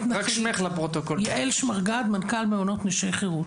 שמי יעל שמרגד, מנכ"ל מעונות נשי חירות.